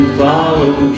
follow